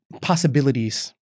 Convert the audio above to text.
possibilities